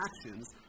actions